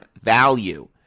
value